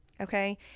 okay